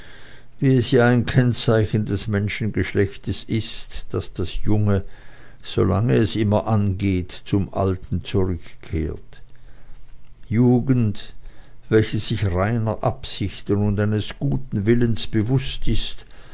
wie es ja ein kennzeichen des menschengeschlechtes ist daß das junge solang es immer angeht zum alten zurückkehrt jugend welche sich reiner absichten und eines guten willens bewußt ist